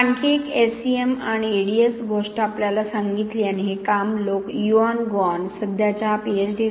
मग आणखी एक एसईएम आणि ईडीएस गोष्ट आपल्याला सांगितली आणि हे काम लोक युआन गुआन सध्याच्या पीएच